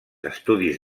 estudis